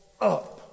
up